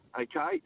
Okay